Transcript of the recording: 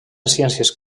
ciències